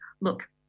look